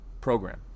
program